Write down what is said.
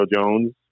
Jones